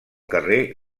carrer